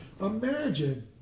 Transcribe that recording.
Imagine